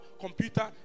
computer